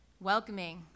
welcoming